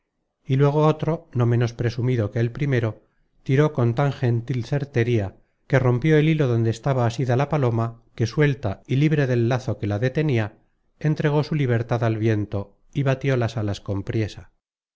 y luego otro no menos presumido que el primero tiró con tan gentil certería que rompió el hilo donde estaba asida la paloma que suelta y libre del lazo que la detenia entregó su libertad al viento y batió las alas con priesa